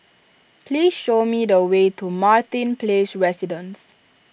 please show me the way to Martin Place Residences